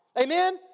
Amen